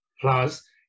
Plus